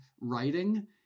writing